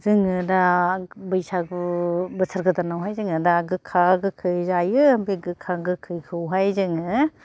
जोङो दा बैसागु बोसोर गोदानावहाय जोङो दा गोखा गोखै जायो ओमफ्रायगोखा गोखैखौहाय जोङो